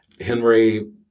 Henry